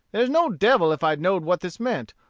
there's no devil if i know'd what this meant,